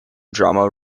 drama